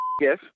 Yes